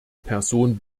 person